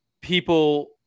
people